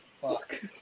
fuck